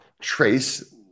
trace